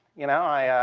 you know,